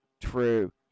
True